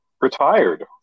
retired